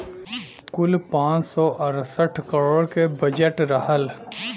कुल पाँच सौ अड़सठ करोड़ के बजट रहल